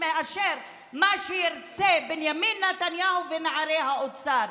מאשר מה שירצו בנימין נתניהו ונערי האוצר.